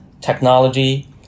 technology